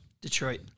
Detroit